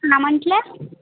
काय म्हटलं